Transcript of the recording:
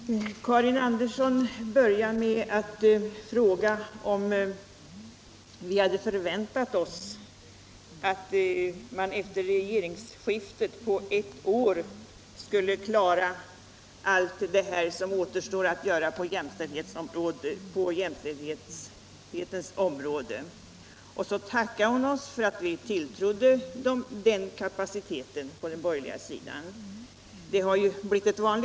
Herr talman! Karin Andersson börjar med att fråga om vi hade förväntat oss att man efter regeringsskiftet på ett år skulle klara allt detta som återstår att göra på jämställdhetens område, och så tackar hon oss för att vi tilltrodde den borgerliga sidan den kapaciteten.